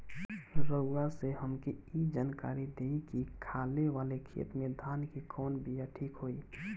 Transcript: रउआ से हमके ई जानकारी देई की खाले वाले खेत धान के कवन बीया ठीक होई?